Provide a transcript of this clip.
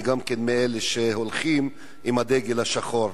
גם כן מאלה שהולכים עם הדגל השחור,